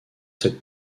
cette